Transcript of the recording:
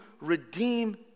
redeem